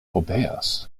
obeas